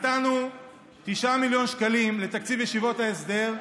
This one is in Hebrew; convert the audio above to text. נתנו 9 מיליון שקלים לתקציב ישיבות ההסדר,